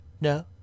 No